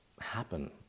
happen